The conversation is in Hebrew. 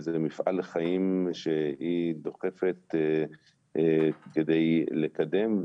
וזה מפעל לחיים שהיא דוחפת כדי לקדם.